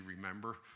remember